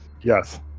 Yes